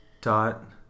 dot